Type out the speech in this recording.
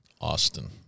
Austin